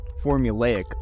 formulaic